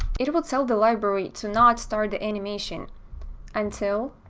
it will tell the library to not start the animation until